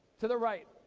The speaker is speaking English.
to the right.